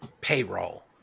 payroll